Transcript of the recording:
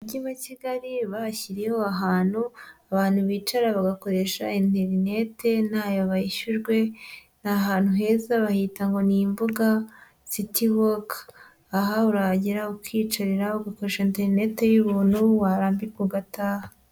Umujyi wa kigali babashyiriyeho ahantu abantu bicara bagakoresha interneti ntayo bishyujwe, ni ahantu heza bahita ngo ni imbuga siti woke. Aha urahagera ukiyicarira, ugakoresha internet y'ubuntu warambirwa ugataha.